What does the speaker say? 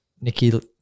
nikki